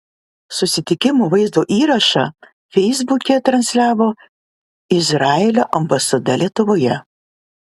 susitikimo vaizdo įrašą feisbuke transliavo izraelio ambasada lietuvoje